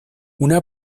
una